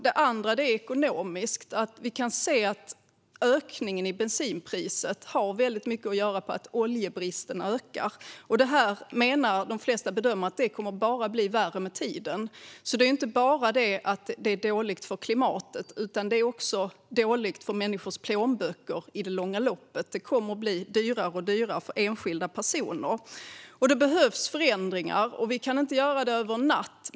Det andra skälet är ekonomiskt. Vi kan se att ökningen av bensinpriset har väldigt mycket att göra med att oljebristen ökar. De flesta bedömare menar att detta bara kommer att bli värre med tiden. Det handlar alltså inte bara om att det är dåligt för klimatet, utan det är också dåligt för människors plånböcker i det långa loppet. Det kommer att bli dyrare och dyrare för enskilda personer. Det behövs förändringar, och vi kan inte göra dem över en natt.